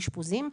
של אשפוזים,